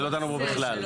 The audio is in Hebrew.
שלא דנו בו בכלל.